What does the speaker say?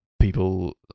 people